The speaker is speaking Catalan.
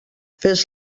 fes